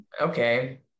okay